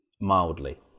mildly